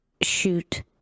shoot